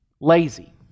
Lazy